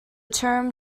term